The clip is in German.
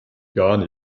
gar